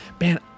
man